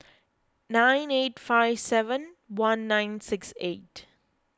nine eight five seven one nine six eight